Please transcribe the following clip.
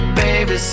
baby